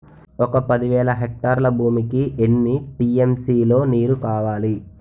ఒక పది వేల హెక్టార్ల భూమికి ఎన్ని టీ.ఎం.సీ లో నీరు కావాలి?